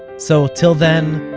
so till then,